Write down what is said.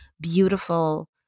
beautiful